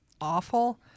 awful